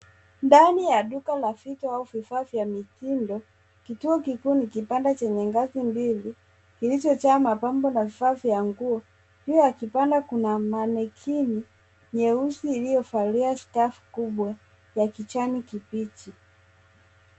Ndani ya duka la vitu au vifaa vya mitindo. Kituo kikuu ni kipanda chenye ngazi mbili kilicho jaa mapambo la vifaa vya nguo. Juu ya kipanda kuna mannequin nyeusi iliovalia skavu kubwa ya kijani kibichi.